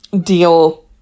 deal